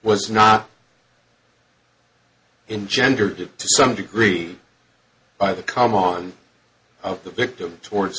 was not engender to some degree by the come on the victim towards